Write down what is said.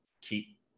keep